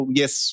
yes